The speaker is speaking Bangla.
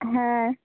হ্যাঁ